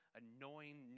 annoying